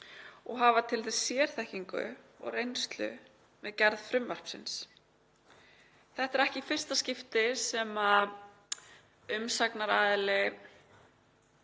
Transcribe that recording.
og hafa til þess sérþekkingu og reynslu við gerð frumvarpsins …“ Þetta er ekki í fyrsta skipti sem umsagnaraðili